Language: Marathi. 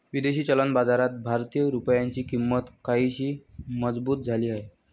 विदेशी चलन बाजारात भारतीय रुपयाची किंमत काहीशी मजबूत झाली आहे